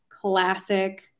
classic